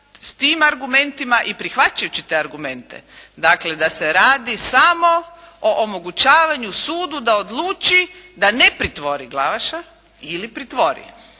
s tima argumentima i prihvaćajući te argumente dakle da se radi samo o omogućavanju sudu da odluči da ne pritvori Glavaša ili pritvori,